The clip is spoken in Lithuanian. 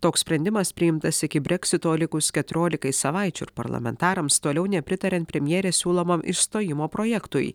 toks sprendimas priimtas iki breksito likus keturiolikai savaičių ir parlamentarams toliau nepritariant premjerės siūlomam išstojimo projektui